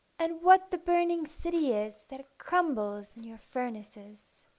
and what the burning city is that crumbles in your furnaces!